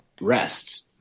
rest